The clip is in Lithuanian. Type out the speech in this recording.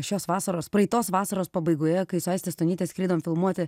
šios vasaros praeitos vasaros pabaigoje kai su aiste stonyte skridom filmuoti